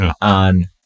on